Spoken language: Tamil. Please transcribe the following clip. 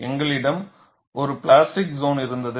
எங்களிடம் ஒரு பிளாஸ்டிக் சோன் இருந்தது